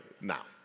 now